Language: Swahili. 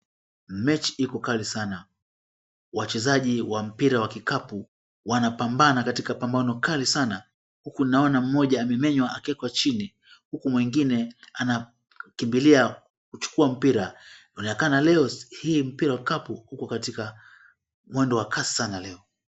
Mechi iko kali sana. Wachezaji wa mpira wa kikapu wanapambana katika pambano kali sana huku ninaona mmoja amemenywa akawekwa chini huku mwingine anakimbilia kuchukua mpira. Inaonekana leo hii mpira wa kikapu uko katika mwendo wa kasi sana leo.